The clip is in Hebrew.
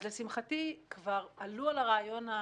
אז לשמחתי כבר עלו על הרעיון,